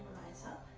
rise up.